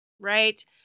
right